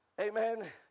amen